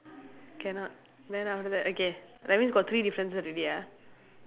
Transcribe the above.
cannot then after that okay that means got three differences already ah